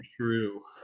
true